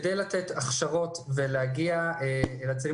כדי לתת הכשרות ולהגיע אל הצעירים